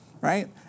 right